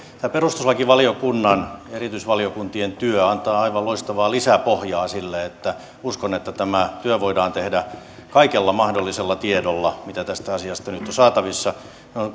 tämä perustuslakivaliokunnan ja erityisvaliokuntien työ antaa aivan loistavaa lisäpohjaa sille ja uskon että tämä työ voidaan tehdä kaikella mahdollisella tiedolla mitä tästä asiasta nyt on saatavissa